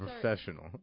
professional